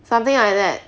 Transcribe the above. something like that